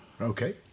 Okay